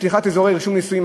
פתיחת אזורי רישום נישואין,